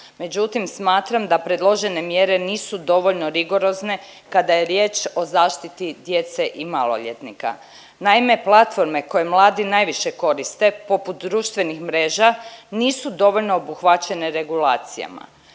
Međutim smatram da predložene mjere nisu dovoljno rigorozne kada je riječ o zaštiti djece i maloljetnika. Naime, platforme koje mladi najviše koriste poput društvenih mreža nisu dovoljno obuhvaćene regulacijama.